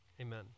amen